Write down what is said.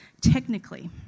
technically